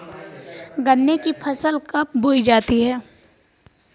गन्ने की फसल कब बोई जाती है?